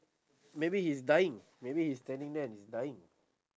maybe he's dying maybe he's standing there and he's dying